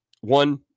one